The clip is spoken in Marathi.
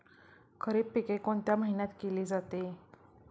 खरीप पिके कोणत्या महिन्यात केली जाते?